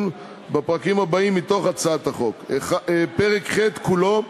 בפרקים הבאים מתוך הצעת החוק: פרק ח' כולו,